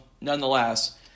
nonetheless